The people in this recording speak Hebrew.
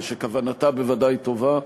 ושכוונתה בוודאי טובה.